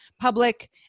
public